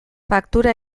faktura